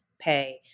pay